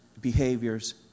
behaviors